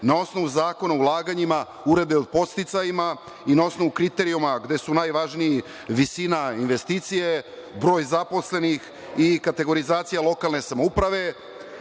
Na osnovu Zakona o ulaganjima, Uredbe o podsticajima i na osnovu kriterijuma gde su najvažniji visina investicije, broj zaposlenih i kategorizacija lokalne samouprave,